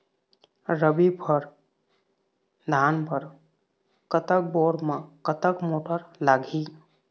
रबी बर धान बर कतक बोर म कतक मोटर लागिही?